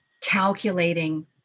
calculating